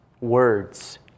words